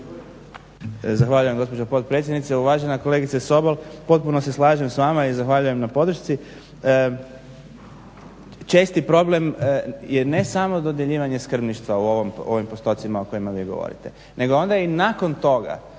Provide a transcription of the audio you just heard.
Zahvaljujem gospođo potpredsjednice. Uvažena kolegice Sobol, potpuno se slažem s vama i zahvaljujem na podršci. Česti problem je ne samo dodjeljivanje skrbništva u ovim postotcima o kojima vi govorite nego onda i nakon toga